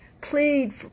Plead